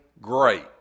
great